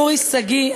אורי שגיא,